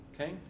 Okay